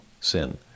sin